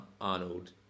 Arnold